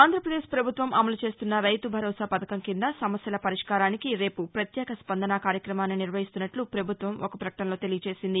ఆంధ్రప్రదేశ్ పభుత్వం అమలు చేస్తున్న రైతుభరోసా పధకం కింద సమస్యల పరిష్కారానికి రేపు ప్రత్యేక స్పందన కార్యక్రమాన్ని నిర్వహిస్తున్నట్లు ప్రభుత్వం ఒక ప్రకటనలో తెలియచేసింది